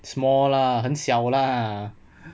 small lah 很小啦